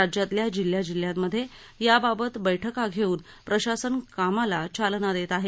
राज्यातल्या जिल्ह्या जिल्ह्यांमधे याबाबत बैठका घेऊन प्रशासन कामाला चालना देत आहे